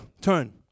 turn